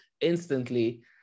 instantly